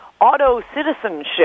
auto-citizenship